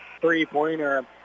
three-pointer